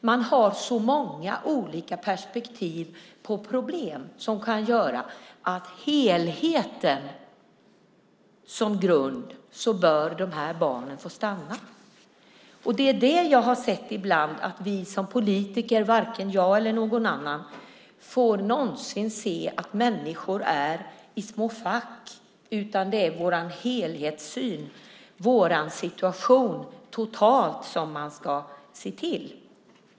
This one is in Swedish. Det finns så många olika perspektiv på problem som kan innebära att helheten som grund gör att barnen bör få stanna. Det är det jag har sett ibland. Vi politiker får inte - varken jag eller någon annan - någonsin se att människor är i små fack, utan det måste vara en helhetssyn, situationen totalt sett, som är avgörande.